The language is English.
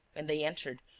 when they entered,